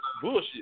bullshit